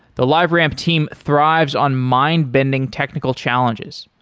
the lliveramp team thrives on mind-bending technical challenges.